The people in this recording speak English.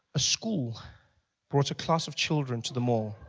a school brought a class of children to the mall.